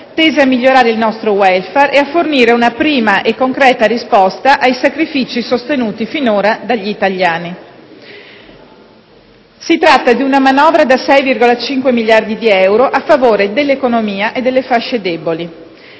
tese a migliorare il nostro *welfare* e a fornire una prima concreta risposta ai sacrifici sostenuti finora dagli italiani. Si tratta di una manovra da 6,5 miliardi di euro a favore dell'economia e delle fasce deboli